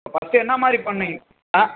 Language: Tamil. ஃபர்ஸ்ட்டு என்ன மாதிரி பண்ணிங்கள் ஆ